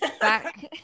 back